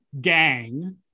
gang